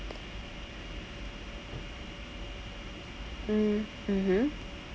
mm mmhmm